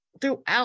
throughout